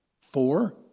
four